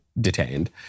detained